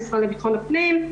המשרד לביטחון פנים.